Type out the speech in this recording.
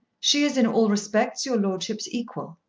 she is in all respects your lordship's equal.